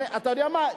אתה יודע מה,